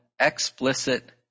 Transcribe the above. explicit